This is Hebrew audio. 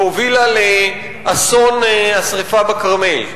והובילה לאסון השרפה בכרמל,